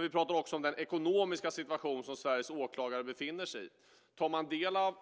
Vi pratade också om den ekonomiska situation som Sveriges åklagare befinner sig i. Om man tar del av